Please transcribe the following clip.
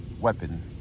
weapon